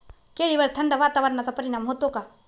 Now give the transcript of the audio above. केळीवर थंड वातावरणाचा परिणाम होतो का?